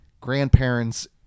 grandparents